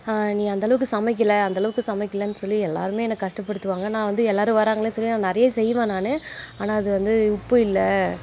நீ அந்தளவுக்கு சமைக்கல அந்தளவுக்கு சமைக்கலன்னு சொல்லி எல்லாேருமே என்ன கஷ்டப்படுத்துவாங்க நான் வந்து எல்லாேரும் வர்றாங்களேன்னு சொல்லி நான் நிறைய செய்வேன் நான் ஆனால் அது வந்து உப்பு இல்லை